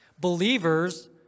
believers